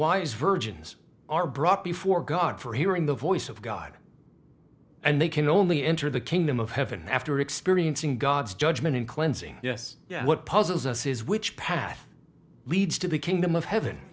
wise virgins are brought before god for hearing the voice of god and they can only enter the kingdom of heaven after experiencing god's judgment in cleansing yes what puzzles us is which path leads to the kingdom of heaven